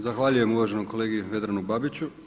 Zahvaljujem uvaženom kolegi Vedranu Babiću.